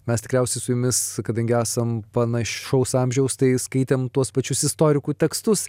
mes tikriausiai su jumis kadangi esam panašaus amžiaus tai skaitėm tuos pačius istorikų tekstus